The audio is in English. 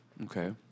Okay